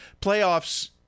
playoffs